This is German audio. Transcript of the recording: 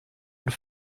und